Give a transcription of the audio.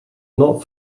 not